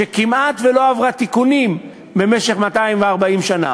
שכמעט שלא עברה תיקונים במשך 230 שנה.